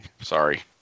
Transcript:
Sorry